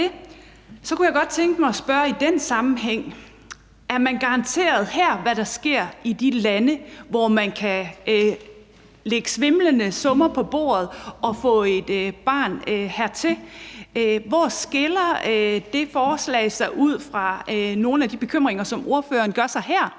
Så kunne jeg godt tænke mig i den sammenhæng at spørge, om man her er garanteret, hvad der sker i de lande, hvor man kan lægge svimlende summer på bordet og få et barn hertil. Hvor skiller det forslag sig ud fra nogle af de bekymringer, som ordføreren gør sig her?